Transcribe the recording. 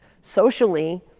socially